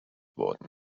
worden